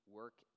work